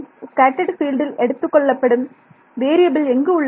scattered பீல்டில் எடுத்துக்கொள்ளப்படும் variable எங்கு உள்ளது